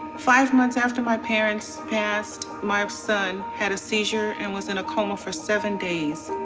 five months after my parents passed, my son has a seizure, and was in a coma for seven days.